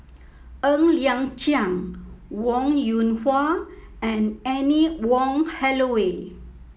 Ng Liang Chiang Wong Yoon Wah and Anne Wong Holloway